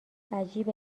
عجیبه